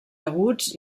aguts